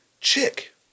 chick